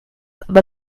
aber